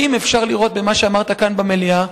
האם אפשר לראות במה שאמרת כאן במליאה,